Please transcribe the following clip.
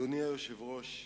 אדוני היושב-ראש,